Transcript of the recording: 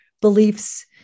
beliefs